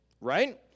right